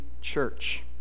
church